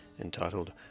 entitled